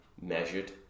measured